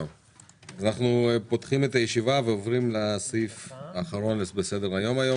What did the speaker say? אנחנו פותחים את הישיבה ועוברים לסעיף האחרון בסדר היום של היום